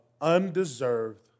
undeserved